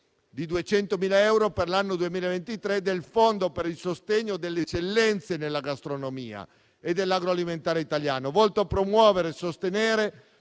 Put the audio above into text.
di 200.000 euro per l'anno 2023 del Fondo per il sostegno delle eccellenze della gastronomia e dell'agroalimentare italiano, volto a promuovere e sostenere